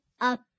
up